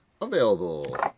Available